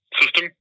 system